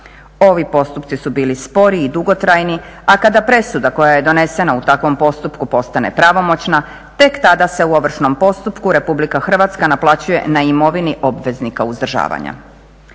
Ovi postupci su bili spori i dugotrajni a kada presuda koja je donesena u takvom postupku postane pravomoćna tek tada se u ovršnom postupku Republika Hrvatska naplaćuje na imovini obveznika uzdržavanja.